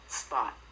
spot